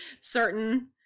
certain